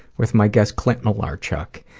with my guest clint malarchuk.